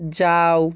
যাও